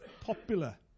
popular